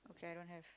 okay I don't have